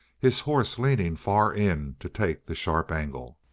his horse leaning far in to take the sharp angle,